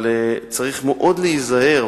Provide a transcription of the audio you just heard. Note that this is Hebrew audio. אבל צריך מאוד להיזהר,